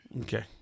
okay